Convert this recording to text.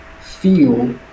feel